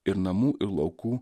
ir namų ir laukų